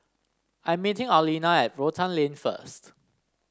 I'm meeting Arlena at Rotan Lane first